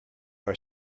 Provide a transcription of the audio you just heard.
are